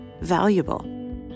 valuable